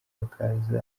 bakaza